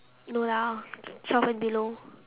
no lah twelve and below